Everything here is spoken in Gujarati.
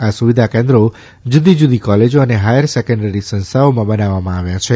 આ સુવિધા કેન્દ્રો જુદીજુદી કોલેજો અને હાયરસેકન્ડરી સંસ્થાઓમાં બનાવવામાં આવ્યા છે